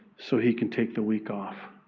so he could take the week off.